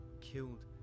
killed